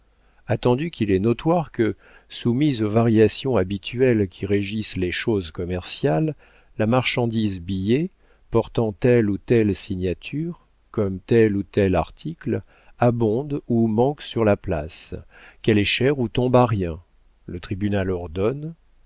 attendu qu'il est notoire que soumise aux variations habituelles qui régissent les choses commerciales la marchandise billet portant telle ou telle signature comme tel ou tel article abonde ou manque sur la place qu'elle est chère ou tombe à rien le tribunal ordonne